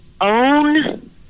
own